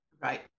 Right